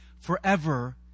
forever